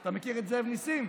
אתה מכיר את זאב ניסים,